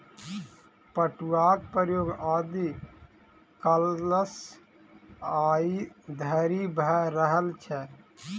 पटुआक प्रयोग आदि कालसँ आइ धरि भ रहल छै